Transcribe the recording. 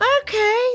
okay